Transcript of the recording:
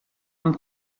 amb